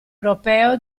europeo